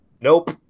Nope